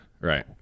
right